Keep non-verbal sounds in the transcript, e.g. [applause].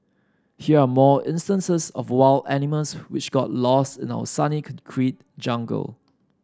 here are more instances of wild animals which got lost in our sunny [unintelligible] concrete jungle